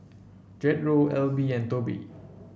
Jethro Alby and Tobe